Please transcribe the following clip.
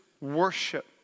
worship